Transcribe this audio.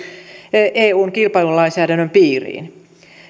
eun kilpailulainsäädännön piiriin